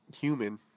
human